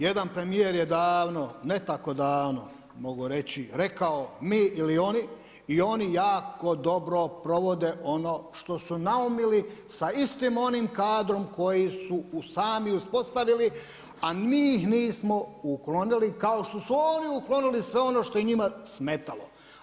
Jedan premijer je davno, ne tako davno mogu reći rekao mi ili oni i oni jako dobro provode ono što su naumili sa istim onim kadrom koji su sami uspostavili a mi ih nismo uklonili kao što su oni uklonili sve ono što je njima smetalo.